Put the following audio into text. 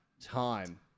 time